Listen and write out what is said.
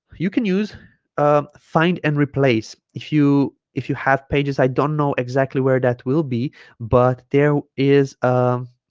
you can use ah find and replace if you if you have pages i don't know exactly where that will be but there is um